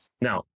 Now